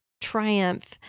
triumph